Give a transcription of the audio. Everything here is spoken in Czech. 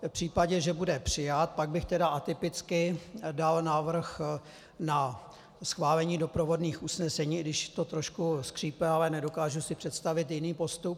V případě, že bude přijat, pak bych tedy atypicky dal návrh na schválení doprovodných usnesení, i když to trošku skřípe, ale nedokážu si představit jiný postup.